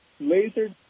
laser